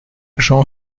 jean